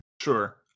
Sure